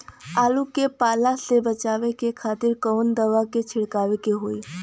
आलू के पाला से बचावे के खातिर कवन दवा के छिड़काव होई?